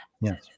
Yes